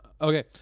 okay